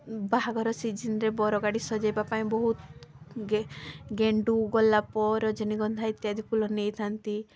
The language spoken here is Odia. ବାହାଘର ସିଜିନ୍ରେ ବର ଗାଡ଼ି ସଜାଇବା ପାଇଁ ବହୁତ ଗେଣ୍ଡୁ ଗୋଲାପ ରଜନୀଗନ୍ଧା ଇତ୍ୟାଦି ଫୁଲ ନେଇଥାଆନ୍ତି